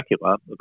looks